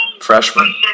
freshman